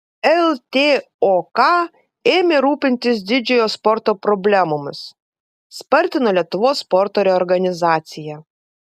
ltok ėmė rūpintis didžiojo sporto problemomis spartino lietuvos sporto reorganizaciją